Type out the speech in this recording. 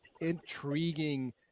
intriguing